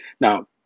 Now